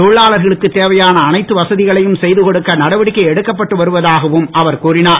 தொழிலாளர்களுக்கு தேவையான அனைத்து வசதிகளையும் செய்து கொடுக்க நடவடிக்கை எடுக்கப்பட்டு வருவதாகவும் அவர் கூறினார்